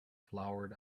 flowered